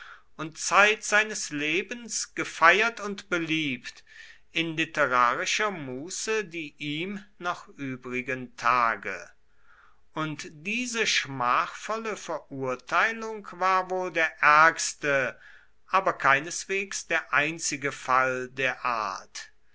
und zeit seines lebens gefeiert und beliebt in literarischer muße die ihm noch übrigen tage und diese schmachvolle verurteilung war wohl der ärgste aber keineswegs der einzige fall der art